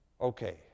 Okay